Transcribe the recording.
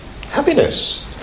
happiness